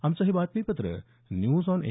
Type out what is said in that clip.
आमचं हे बातमीपत्र न्यूज आॅन ए